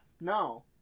No